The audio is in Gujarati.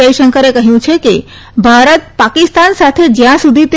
જયશંકરે કહયું છે કે ભારત પાકિસ્તાન સાથે જયાં સુધી તે